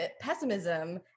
pessimism